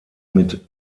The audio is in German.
mit